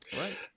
right